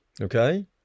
Okay